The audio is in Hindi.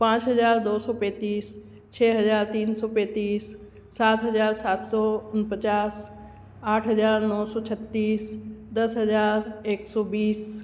पाँच हज़ार दो सौ पैंतीस छः हज़ार तीन सौ पैंतिस सात हज़ार सात सौ पचास आठ हज़ार नौ सौ छत्तीस दस हज़ार एक सौ बीस